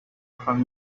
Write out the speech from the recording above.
from